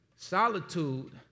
Solitude